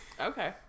Okay